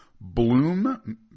Bloom